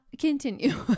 continue